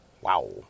Wow